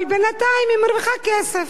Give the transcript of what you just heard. אבל בינתיים היא מרוויחה כסף.